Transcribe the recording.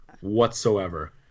whatsoever